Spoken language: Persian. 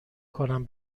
کنم